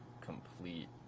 complete